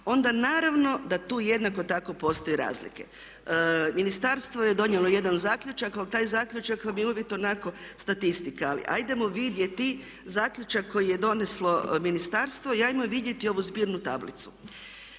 onda naravno da tu jednako tako postoje razlike. Ministarstvo je donijelo jedan zaključak, ali taj zaključak vam je uvijek onako statistika. Ali hajdemo vidjeti zaključak koje je doneslo ministarstvo i hajmo vidjeti ovu zbirnu tablicu.